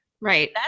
Right